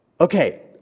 Okay